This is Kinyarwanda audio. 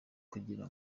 kugira